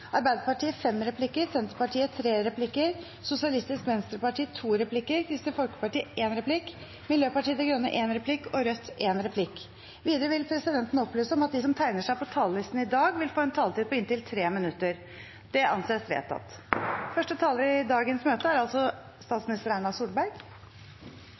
Arbeiderpartiet fem replikker, Senterpartiet tre replikker, Sosialistisk Venstreparti to replikker, Kristelig Folkeparti en replikk, Miljøpartiet De Grønne en replikk og Rødt en replikk. Videre vil presidenten opplyse om at de som tegner seg på talerlisten i dag, får en taletid på inntil 3 minutter. – Det anses vedtatt.